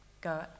go